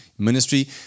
Ministry